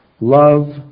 Love